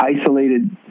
isolated